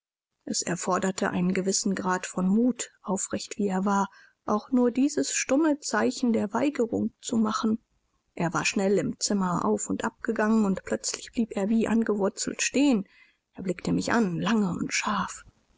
es erforderte einen gewissen grad von mut aufgeregt wie er war auch nur dieses stumme zeichen der weigerung zu machen er war schnell im zimmer auf und abgegangen und plötzlich blieb er wie angewurzelt stehen er blickte mich an lange und scharf